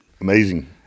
Amazing